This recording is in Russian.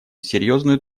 серьезную